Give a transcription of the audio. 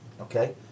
Okay